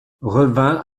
revint